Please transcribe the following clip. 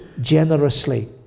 generously